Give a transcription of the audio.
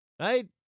Right